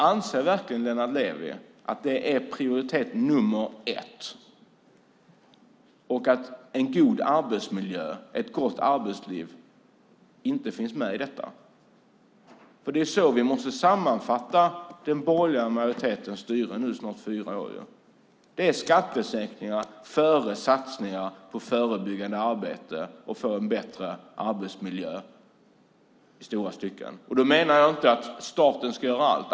Anser verkligen Lennart Levi att det är prioritet nr 1 och att en god arbetsmiljö och ett gott arbetsliv inte finns med i detta? Det är så vi måste sammanfatta den borgerliga majoritetens styrning i nu snart fyra år. Det är skattesänkningar före satsningar på förebyggande arbete och för en bättre arbetsmiljö i stora stycken. Då menar jag inte att staten ska göra allt.